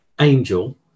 angel